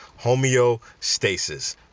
homeostasis